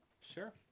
Sure